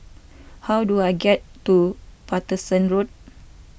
how do I get to Paterson Road